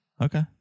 Okay